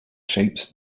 shapes